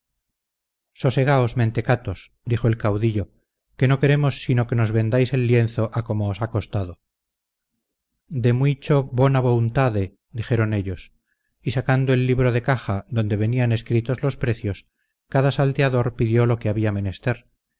castelhanos sosegaos mentecatos dijo el caudillo que no queremos sino que nos vendáis el lienzo a como os ha costado de muito boa vountade dijeron ellos y sacando el libro de caja donde venían escritos los precios cada salteador pidió lo que había menester